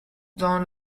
dans